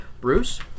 Bruce